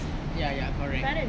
ya ya correct